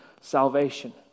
salvation